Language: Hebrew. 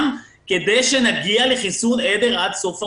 לפעול כדי שנגיע לחיסון עדר עד לסוף העונה,